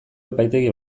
epaitegi